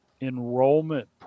enrollment